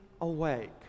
awake